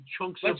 chunks